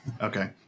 Okay